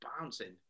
bouncing